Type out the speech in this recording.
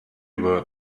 were